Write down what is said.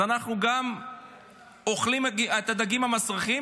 אז אנחנו גם אוכלים את הדגים המסריחים